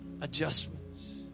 adjustments